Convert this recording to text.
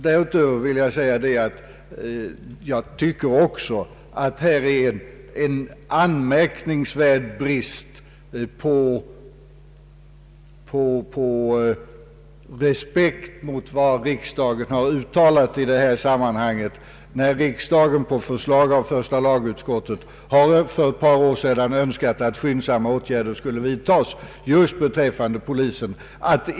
Därutöver vill jag säga att jag tycker att det här föreligger en anmärkningsvärd brist på respekt för vad riksdagen har uttalat i detta sammanhang. Första lagutskottet begärde för ett par år sedan att skyndsamma åtgärder skulle vidtas just beträffande polisen.